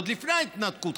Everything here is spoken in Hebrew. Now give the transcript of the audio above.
עוד לפני ההתנתקות,